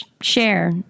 share